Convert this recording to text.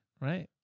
right